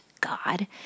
God